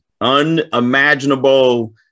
unimaginable